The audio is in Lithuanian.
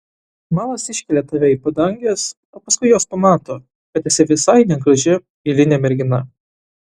malas iškelia tave į padanges o paskui jos pamato kad esi visai negraži eilinė mergina